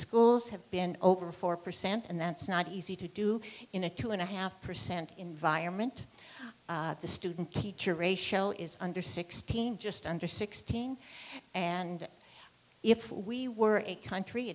schools have been over four percent and that's not easy to do in a two and a half percent environment the student teacher ratio is under sixteen just under sixteen and if we were a country